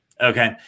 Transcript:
Okay